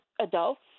adults